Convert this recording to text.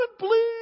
please